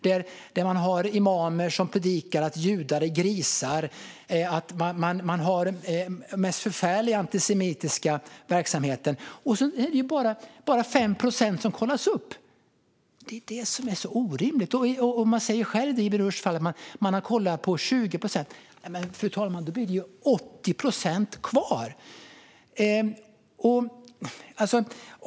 Där har man imamer som predikar att judar är grisar; man har de mest förfärliga antisemitiska verksamheter. Och det är bara 5 procent som kollas upp! Det är det som är så orimligt. Man säger själv i Ibn Rushds fall att man har kollat på 20 procent. Men, fru talman, då blir det ju 80 procent kvar!